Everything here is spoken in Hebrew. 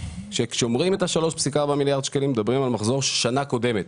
אבל כשאומרים את ה-3.4 מיליארד שקלים מדברים על מחזור של שנה קודמת.